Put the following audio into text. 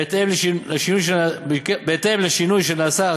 בהתאם לשינוי שנעשה,